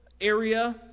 area